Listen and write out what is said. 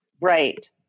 Right